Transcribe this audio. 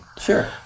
sure